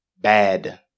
Bad